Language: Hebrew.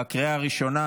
בקריאה הראשונה.